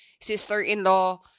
sister-in-law